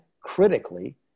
critically